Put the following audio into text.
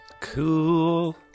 Cool